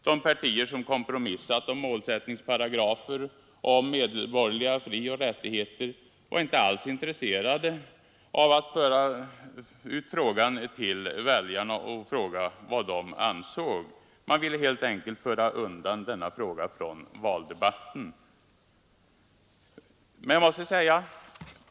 De partier som kompromissat om målsättningsparagrafer och om medborgerliga frioch rättigheter var inte alls intresserade av att fråga väljarna vad de ansåg. Man ville helt enkelt föra undan denna fråga från valdebatten.